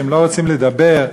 שהם לא רוצים לדבר,